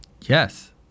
Yes